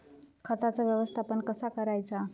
खताचा व्यवस्थापन कसा करायचा?